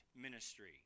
ministry